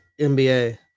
NBA